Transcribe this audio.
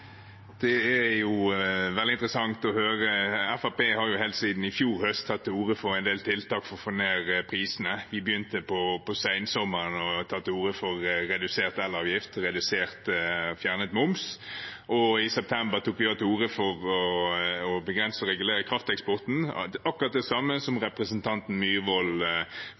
Det er jo veldig interessant å høre. Fremskrittspartiet har helt siden i fjor høst tatt til orde for en del tiltak for å få ned prisene. Vi begynte på sensommeren å ta til orde for redusert elavgift, redusert og fjernet moms, og i september tok vi også til orde for å begrense og regulere krafteksporten – akkurat det samme som representanten Myhrvold